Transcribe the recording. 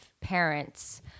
parents